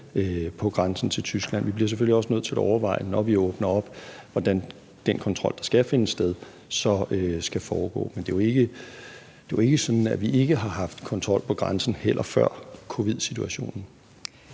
på grænsen til Tyskland, og vi er selvfølgelig også nødt til at overveje, når vi åbner op, hvordan den kontrol, der skal finde sted, så skal foregå. Men det er jo heller ikke sådan, at vi ikke har haft kontrol på grænsen før covidsituationen.